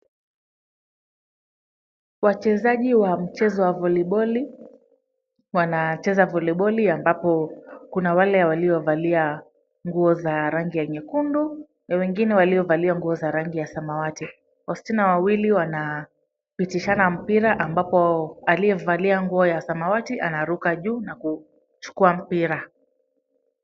Wachezaji wa mchezo wa voliboli. Wanacheza voliboli ambapo kuna wale waliovalia nguo za rangi ya nyekundu na wengine waliovalia nguo za rangi ya samawati. Wasichana wawili wanapitishana mpira ambapo aliyevalia nguo ya samawati anaruka juu na kuchukua mpira.